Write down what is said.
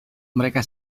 mereka